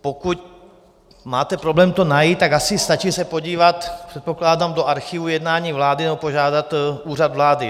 Pokud máte problém to najít, tak asi stačí se podívat, předpokládám, do archivu jednání vlády nebo požádat Úřad vlády.